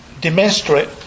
demonstrate